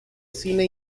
cine